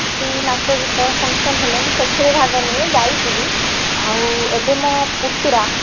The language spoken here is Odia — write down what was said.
କିଛି ନାଚ ଗୀତ ଫଙ୍କସନ୍ ହେଲେ ମୁଁ ସେଥିରେ ଭାଗ ନିଏ ଯାଇଛି ବି ଆଉ ଏବେ ମୋ ପୁତୁରା